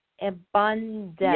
Abundant